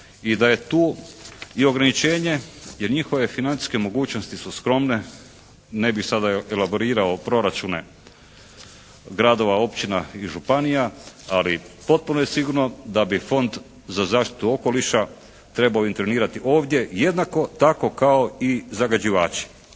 i da je tu i ograničenje jer njihove financijske mogućnosti su skromne, ne bi sada elaborirao proračune gradova, općina i županija. Ali, potpuno je sigurno da bi Fond za zaštitu okoliša trebao intervenirati ovdje jednako tako kao i zagađivači.